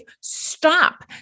stop